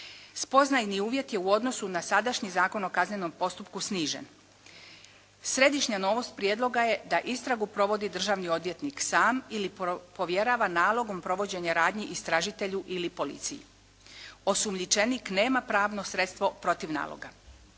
Spoznajni uvjet je u odnosu na sadašnji Zakon o kaznenom postupku snižen. Središnja novost prijedloga je da istragu provodi državni odvjetnik sam ili povjerava nalogom provođenje radnji istražitelju ili policiji. Osumnjičenik nema pravno sredstvo protiv naloga.